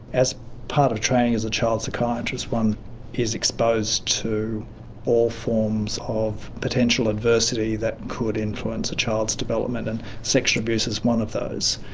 as part of training as a child psychiatrist, one is exposed to all forms of potential adversity that could influence a child's development, and sexual abuse is one of those.